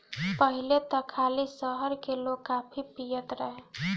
पहिले त खाली शहर के लोगे काफी पियत रहे